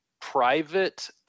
private